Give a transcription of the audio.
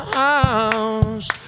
house